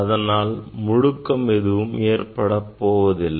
அதனால் முடுக்கம் எதுவும் ஏற்படப்போவதில்லை